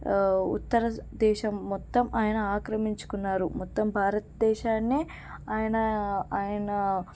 ఉత్తర దేశం మొత్తం ఆయన ఆక్రమించుకున్నారు మొత్తం భారతదేశాన్నే ఆయన ఆయన